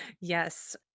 Yes